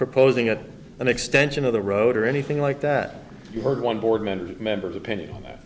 proposing it an extension of the road or anything like that you heard one board member members opinion that